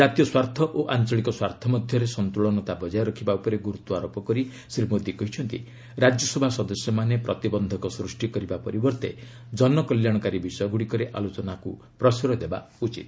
ଜାତୀୟ ସ୍ୱାର୍ଥ ଓ ଆଞ୍ଚଳିକ ସ୍ୱାର୍ଥ ମଧ୍ୟରେ ସନ୍ତୁଳନତା ବଜାୟ ରଖିବା ଉପରେ ଗୁରୁତ୍ୱ ଆରୋପ କରି ଶ୍ରୀ ମୋଦି କହିଛନ୍ତି ରାଜ୍ୟସଭା ସଦସ୍ୟମାନେ ପ୍ରତିବନ୍ଧକ ସୂଷ୍ଟି କରିବା ପରିବର୍ତ୍ତେ ଜନକଲ୍ୟାଣକାରୀ ବିଷୟଗୁଡ଼ିକରେ ଆଲୋଚନାକୁ ପ୍ରଶ୍ରୟ ଦେବା ଉଚିତ